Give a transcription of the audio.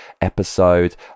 episode